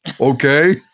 okay